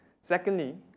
Secondly